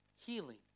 Healing